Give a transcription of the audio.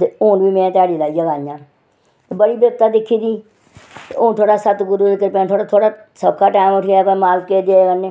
ते हून प्ही में ध्याड़ी लाइयै आई आं ते बड़ी बिपता दिक्खी दी ते हून थोह्ड़ा सद्गुरू दी किरपा कन्नै थोह्ड़ा सौखा टैम उठी आया मालकै दी दया कन्नै